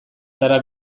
zara